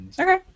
Okay